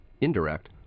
indirect